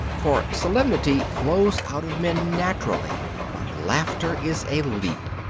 for solemnity flows out of men naturally but laughter is a leap.